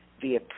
via